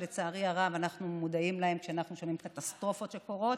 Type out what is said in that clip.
שלצערי הרב אנחנו מודעים להן כשאנחנו שומעים קטסטרופות שקורות,